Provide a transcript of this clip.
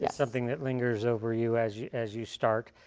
yeah something that lingers over you as you as you start.